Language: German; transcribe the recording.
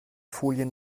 folien